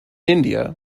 india